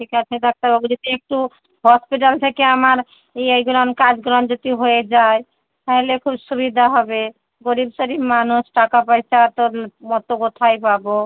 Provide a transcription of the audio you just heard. ঠিক আছে ডাক্তারবাবু যদি একটু হসপিটাল থেকে আমার এইগুলো কাজগুলো যদি হয়ে যায় তাহলে খুব সুবিধা হবে গরীব সরিব মানুষ টাকা পয়সা তো অত কোথায় পাবো